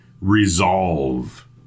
resolve